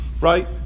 right